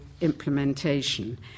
implementation